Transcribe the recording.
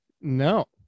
No